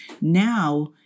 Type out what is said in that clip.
Now